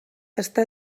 està